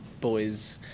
boys